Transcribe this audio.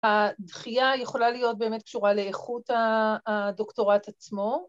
‫הדחייה יכולה להיות באמת ‫קשורה לאיכות הדוקטורט עצמו.